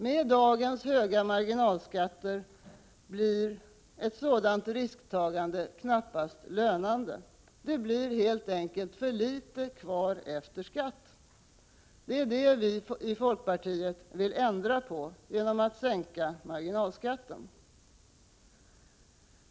Med dagens höga marginalskatter blir ett sådant risktagande knappast lönande, det blir helt enkelt för litet kvar efter skatt. Det är det vi i folkpartiet vill ändra på genom att sänka marginalskatten.